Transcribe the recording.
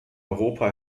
europa